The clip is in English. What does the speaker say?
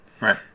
Right